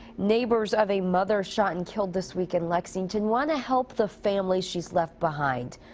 neighbors of a mother. shot and killed this week in lexington. want to help the family she's left behind.